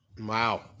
wow